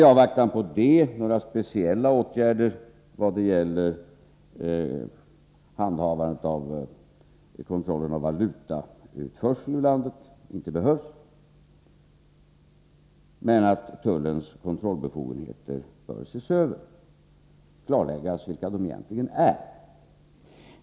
I avvaktan på det behövs det inte några speciella åtgärder när det gäller handhavandet av kontroll av utförsel av valuta ur landet. Däremot bör tullens kontrollbefogenheter ses över, så att det klarläggs vilka de egentligen är.